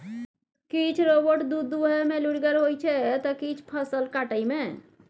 किछ रोबोट दुध दुहय मे लुरिगर होइ छै त किछ फसल काटय मे